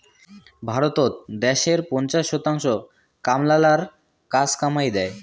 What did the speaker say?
ভারতত দ্যাশের পঞ্চাশ শতাংশ কামলালার কাজ কামাই দ্যায়